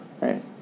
Right